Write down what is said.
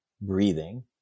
breathing